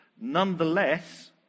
Nonetheless